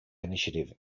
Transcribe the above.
initiative